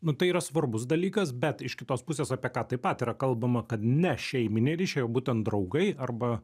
nu tai yra svarbus dalykas bet iš kitos pusės apie ką taip pat yra kalbama kad nešeiminiai ryšiai būtent draugai arba